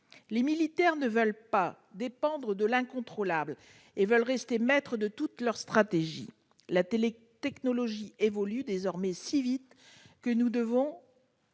Les militaires ne veulent pas dépendre de l'incontrôlable, ils veulent rester maîtres de toute leur stratégie. La technologie évolue désormais si vite que nous nous